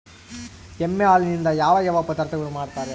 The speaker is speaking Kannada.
ಎಮ್ಮೆ ಹಾಲಿನಿಂದ ಯಾವ ಯಾವ ಪದಾರ್ಥಗಳು ಮಾಡ್ತಾರೆ?